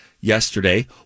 Yesterday